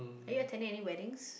are you attending any weddings